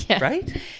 Right